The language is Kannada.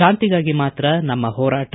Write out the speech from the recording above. ಶಾಂತಿಗಾಗಿ ಮಾತ್ರ ನಮ್ನ ಹೋರಾಟ